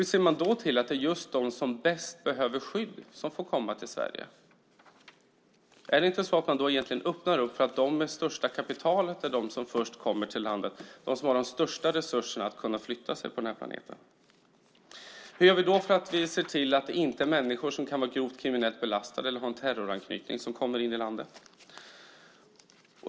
Hur ser man då till att det är just de som bäst behöver skydd som får komma till Sverige? Öppnar man då inte för att de som har det största kapitalet kommer först till landet, alltså de som har de största resurserna att kunna flytta sig på den här planeten? Hur gör vi då för att se till att det inte är människor som kan vara grovt kriminellt belastade eller som har en terroranknytning som kommer in i landet?